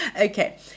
okay